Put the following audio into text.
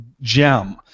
gem